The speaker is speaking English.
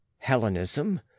Hellenism